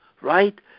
right